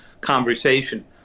conversation